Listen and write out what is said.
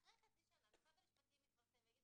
אחרי חצי שנה משרד המשפטים יפרסם ויגיד